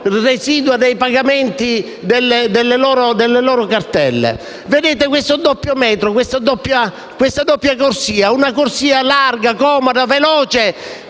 residua dei pagamenti delle loro cartelle. Si ha così un doppio metro, una doppia corsia: una corsia larga, comoda e veloce,